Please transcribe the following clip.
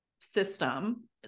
system